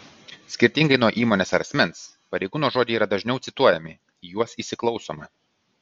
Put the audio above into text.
skirtingai nuo įmonės ar asmens pareigūno žodžiai yra dažniau cituojami į juos įsiklausoma